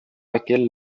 laquelle